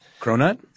Cronut